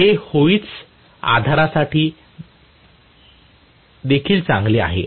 हे होईस्तसआधारासाठी साठी देखील चांगले आहे